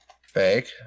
fake